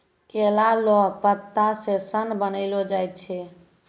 केला लो पत्ता से सन बनैलो जाय छै